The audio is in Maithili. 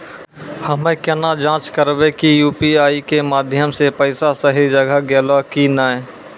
हम्मय केना जाँच करबै की यु.पी.आई के माध्यम से पैसा सही जगह गेलै की नैय?